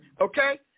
Okay